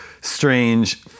strange